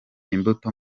imbuto